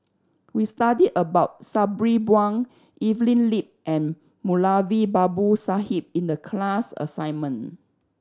we studied about Sabri Buang Evelyn Lip and Moulavi Babu Sahib in the class assignment